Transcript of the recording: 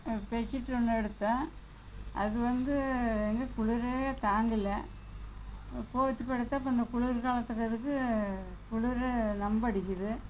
bed sheet ஒன்று எடுத்தேன் அது வந்து எங்கே குளிரே தாங்கலை போத்தி படுத்தால் கொஞ்சம் குளிர் காலத்துக்கு அதுக்கும் குளிர் ரொம்ப அடிக்குது